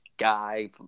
guy